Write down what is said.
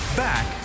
Back